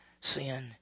sin